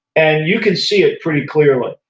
and you can see it pretty clearly.